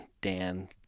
Dan